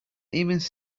immense